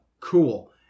Cool